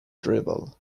drivel